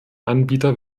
anbieter